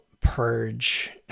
purge